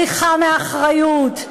בריחה מאחריות,